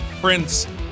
Prince